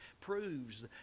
proves